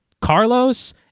Carlos